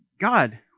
God